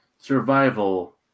survival